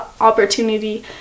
opportunity